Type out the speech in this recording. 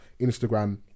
instagram